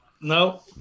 No